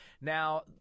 Now